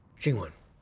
xinguang,